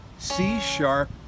C-sharp